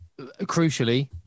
crucially